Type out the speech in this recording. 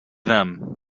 them